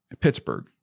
Pittsburgh